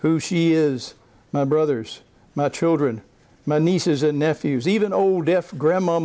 who she is my brothers my children my nieces and nephews even older grandma